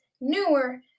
newer